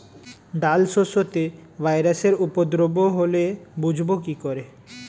ডাল শস্যতে ভাইরাসের উপদ্রব হলে বুঝবো কি করে?